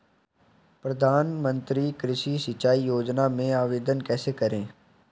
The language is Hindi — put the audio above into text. प्रधानमंत्री कृषि सिंचाई योजना में आवेदन कैसे करें?